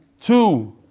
two